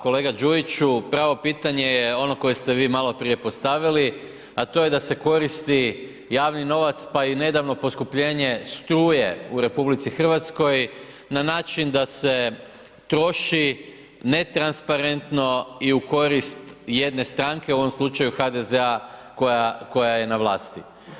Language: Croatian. Kolega Đujiću, pravo pitanje je ono koje ste vi maloprije postavili a to je da se koristi javni novac pa i nedavno poskupljenje struje u RH na način da se troši netransparentno i u korist jedne stranke, u ovom slučaju HDZ-a koja je na vlasti.